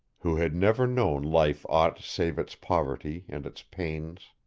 who had never known life aught save its poverty and its pains.